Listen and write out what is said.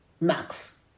max